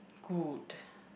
good